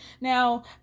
Now